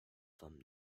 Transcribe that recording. thumb